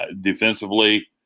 defensively